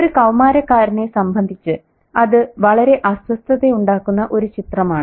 ഒരു കൌമാരക്കാരനെ സംബന്ധിച്ച് അത് വളരെ അസ്വസ്ഥയുണ്ടാക്കുന്ന ഒരു ചിത്രമാണ്